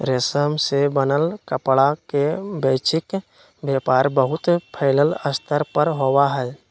रेशम से बनल कपड़ा के वैश्विक व्यापार बहुत फैल्ल स्तर पर होबा हई